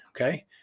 okay